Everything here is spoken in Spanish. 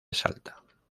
salta